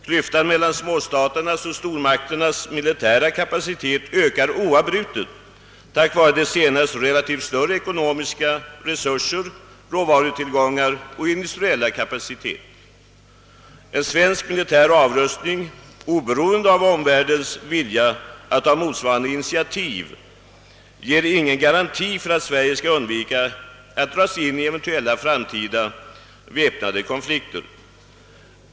Klyftan mellan småstaternas och stormakternas militära kapacitet ökar oavbrutet på grund av de senares relativt större ekonomiska resurser, råvarutillgångar och industriella kapacitet. En svensk militär avrustning, oberoende av omvärldens vilja att ta motsvarande initiativ, ger ingen garanti för att Sverige skall undgå att dras in i eventuella framtida väpnade konflikter.